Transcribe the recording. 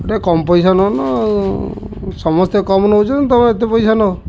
ଗୋଟେ କମ୍ ପଇସା ନ ଆଉ ସମସ୍ତେ କମ୍ ନଉଛନ୍ତି ତମେ ଏତେ ପଇସା ନବ